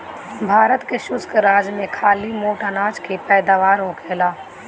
भारत के शुष्क राज में खाली मोट अनाज के पैदावार होखेला